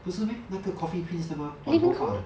不是 meh 那个 coffee prince 的 mah 短头发的